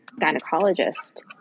gynecologist